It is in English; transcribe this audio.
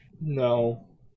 no